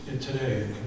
today